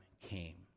came